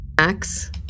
Max